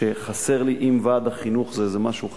שחסר לי עם ועד החינוך, זה איזה משהו חדש.